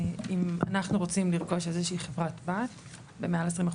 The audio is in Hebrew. אם אנחנו רוצים לרכוש איזושהי חברת בת במעל 20%,